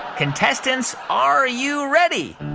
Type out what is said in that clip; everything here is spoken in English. contestants, are you ready?